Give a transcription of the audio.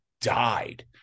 died